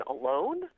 alone